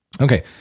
Okay